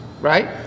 right